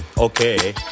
Okay